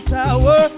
tower